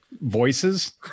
voices